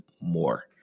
more